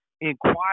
inquire